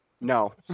No